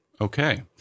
Okay